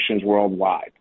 worldwide